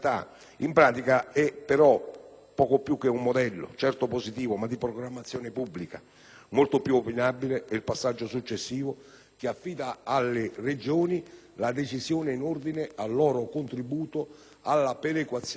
poco più che un modello, certo positivo, ma di programmazione pubblica. Molto più opinabile è il passaggio successivo che affida alle Regioni le decisioni in ordine al loro contributo alla perequazione. Mi riferisco, ovviamente,